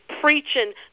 preaching